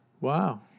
Wow